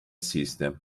system